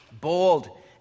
Bold